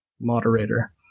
moderator